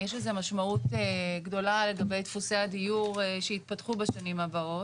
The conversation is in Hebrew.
יש לזה משמעות גדולה לגבי דפוסי הדיור שיתפתחו בשנים הבאות.